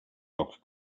rock